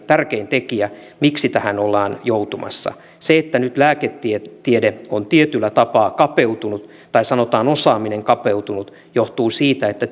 tärkein tekijä miksi tähän ollaan joutumassa se että nyt lääketiede on tietyllä tapaa kapeutunut tai sanotaan osaaminen kapeutunut johtuu siitä että